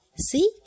See